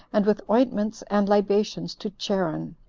and with ointments and libations to charon,